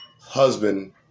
husband